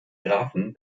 graphen